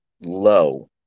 low